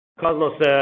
Cosmos